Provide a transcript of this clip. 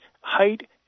height